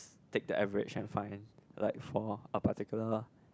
take the average and find like for a particular